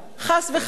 חס וחלילה.